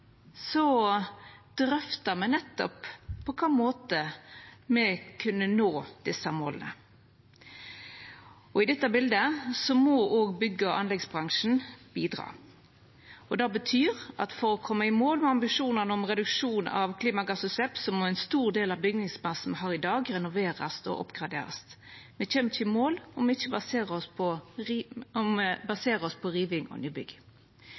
dette biletet må òg bygg- og anleggsbransjen bidra. Det betyr at for å koma i mål med ambisjonane om reduksjon av klimagassutslepp må ein stor del av bygningsmassen vår i dag renoverast og oppgraderast. Me kjem ikkje i mål om me baserer oss på riving og nybygg. Det er gjort studiar som viser at oppgradering og